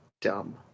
dumb